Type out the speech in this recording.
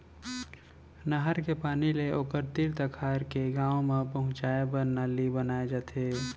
नहर के पानी ले ओखर तीर तखार के गाँव म पहुंचाए बर नाली बनाए जाथे